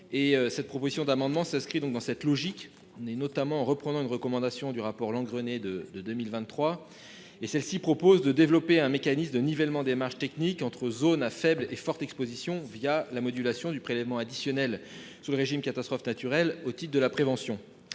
du territoire. Cet amendement s’inscrit dans cette logique, notamment en reprenant une recommandation du rapport Langreney de 2023 qui prévoyait de « développer un mécanisme de nivellement des marges techniques entre zones à faible et forte exposition la modulation du prélèvement additionnel sur le régime CatNat au titre de la prévention